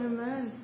Amen